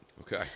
Okay